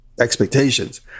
expectations